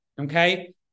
okay